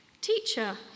Teacher